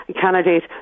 candidate